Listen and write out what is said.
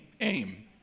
aim